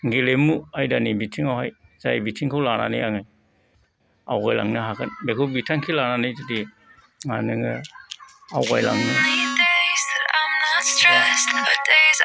गेलेमु आयदानि बिथिङावहाय जाय बिथिंखौ लानानै आङो आवगयलांनो हागोन बेखौ बिथांखि लानानै जुदि आरो नों आवगयलांनो